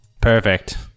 Perfect